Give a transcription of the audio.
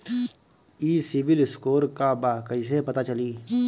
ई CIBIL score का बा कइसे पता चली?